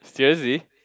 seriously